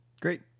Great